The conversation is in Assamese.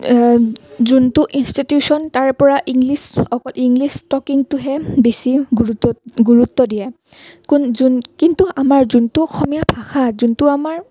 যোনটো ইনষ্টিটিউচন তাৰ পৰা ইংলিছ অকল ইংলিছ টকিংটোহে বেছি গুৰুত্ব গুৰুত্ব দিয়ে কিন্তু আমাৰ যোনটো অসমীয়া ভাষা যোনটো আমাৰ